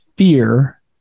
Fear